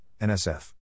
NSF